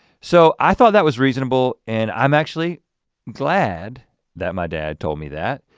so i thought that was reasonable and i'm actually glad that my dad told me that,